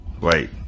wait